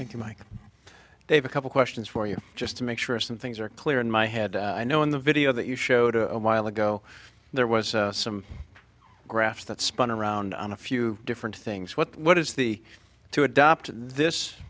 mike they have a couple questions for you just to make sure some things are clear in my head i know in the video that you showed a while ago there was some graphs that spun around on a few different things what is the to adopt this